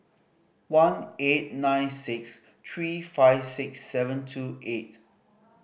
one eight nine six three five six seven two eight